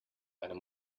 einem